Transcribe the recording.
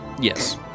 Yes